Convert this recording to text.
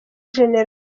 gen